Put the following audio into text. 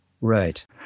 Right